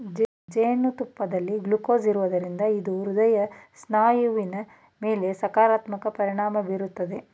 ಜೇನುತುಪ್ಪದಲ್ಲಿ ಗ್ಲೂಕೋಸ್ ಇರೋದ್ರಿಂದ ಇದು ಹೃದಯ ಸ್ನಾಯುವಿನ ಮೇಲೆ ಸಕಾರಾತ್ಮಕ ಪರಿಣಾಮ ಬೀರ್ತದೆ